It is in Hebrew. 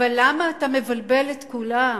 אבל למה אתה מבלבל את כולם?